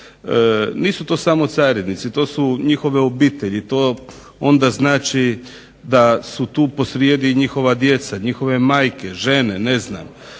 Nisu to samo carinici, to su njihove obitelji, to onda znači da su tu posrijedi i njihova djeca, njihove majke, žene ne znam.